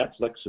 Netflix